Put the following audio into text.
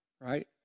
right